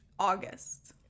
August